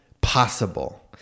possible